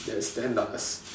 that's ten dollars